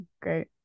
great